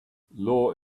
law